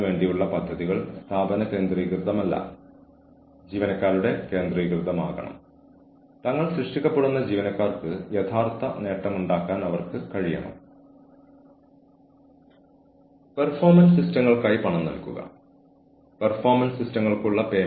കൂടാതെ നിങ്ങളുടെ സ്ഥാപനത്തിന് ഇത്തരം പരിശോധനകൾ നടത്താനുള്ള വിഭവങ്ങൾ ഉണ്ടെങ്കിലും കൂടുതൽ സമയവും വിഭവങ്ങളും നിയമന തീരുമാനങ്ങൾക്കായി നിങ്ങൾ ചെലവഴിക്കുന്നു പിന്നീട് മോശം പെരുമാറ്റത്തിൽ ഏർപ്പെടാൻ ജീവനക്കാരുടെ സാധ്യതകൾ കുറയുന്നു